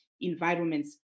environments